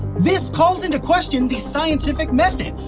this calls into question the scientific method,